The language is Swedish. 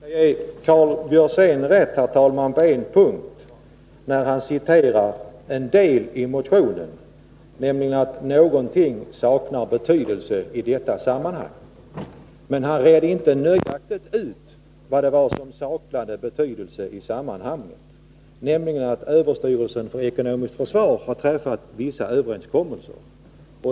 Herr talman! Jag skall ge Karl Björzén rätt på en punkt när det gäller hans citat från motionen, och det är att någonting saknar betydelse i detta sammanhang. Men han redde inte nöjaktigt ut vad det är som saknar betydelse i sammanhanget, nämligen att överstyrelsen för ekonomiskt försvar har träffat vissa överenskommelser.